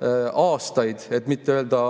et mitte öelda